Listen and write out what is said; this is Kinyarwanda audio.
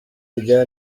rya